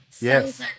Yes